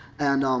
and, um,